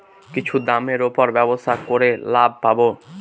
কিছুর দামের উপর ব্যবসা করে লাভ পাবো